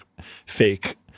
fake